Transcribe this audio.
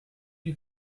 you